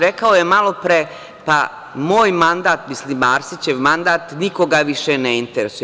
Rekao je malopre – moj mandat, mislim Arsićev mandat, nikoga više ne interesuje.